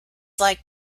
like